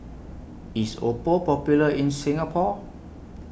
IS Oppo Popular in Singapore